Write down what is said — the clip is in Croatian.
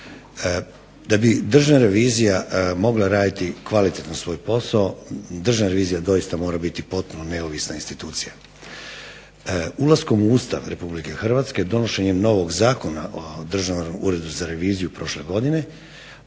da bi Državna revizija mogla raditi kvalitetno svoj posao Državna revizija doista mora biti potpuno neovisna institucija. Ulaskom u Ustav RH, donošenjem novog Zakona o Državnom uredu za reviziju prošle godine,